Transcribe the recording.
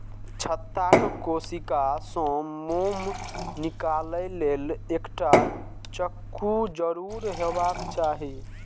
छत्ताक कोशिका सं मोम निकालै लेल एकटा चक्कू जरूर हेबाक चाही